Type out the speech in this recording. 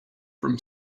from